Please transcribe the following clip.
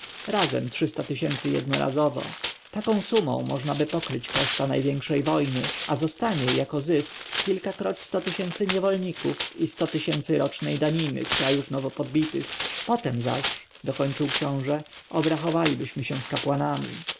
razem trzysta tysięcy jednorazowo taką sumą można pokryć koszta największej wojny a zostanie jako zysk kilkakroć sto tysięcy niewolników i sto tysięcy rocznej daniny z krajów nowo podbitych potem zaś dokończył książę obrachowalibyśmy się z kapłanami